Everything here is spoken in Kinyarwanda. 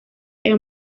ayo